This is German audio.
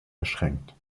beschränkt